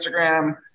Instagram